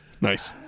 Nice